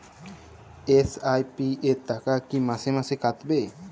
SIP র টাকা কী মাসে মাসে কাটবে?